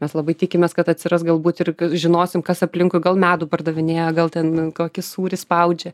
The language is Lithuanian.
mes labai tikimės kad atsiras galbūt ir žinosim kas aplinkui gal medų pardavinėja gal ten kokį sūrį spaudžia